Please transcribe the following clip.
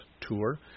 tour